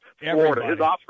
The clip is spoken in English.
Florida